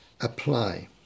apply